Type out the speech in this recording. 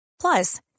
Plus